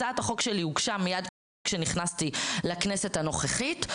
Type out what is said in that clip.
הצעת החוק שלי הוגשה מיד כשנכנסתי לכנסת הנוכחית,